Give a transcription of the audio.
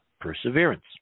perseverance